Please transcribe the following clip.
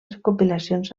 recopilacions